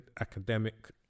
academic